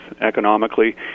economically